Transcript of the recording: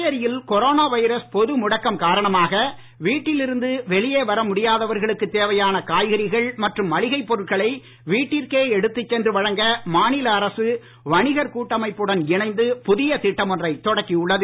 புதுச்சேரியில் corona virus பொது முடக்கம் காரணமாக வீட்டில் இருந்து வெளியே வர முடியாதவர்களுக்கு தேவையான காய்கறிகள் மற்றும் மளிகைப் பொருட்களை வீட்டிற்கே எடுத்துச் சென்று வழங்க மாநில அரசு வணிகர் கூட்டமைப்புடன் இணைந்து புதிய திட்டம் ஒன்றைத் தொடக்கியுள்ளது